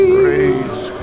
praise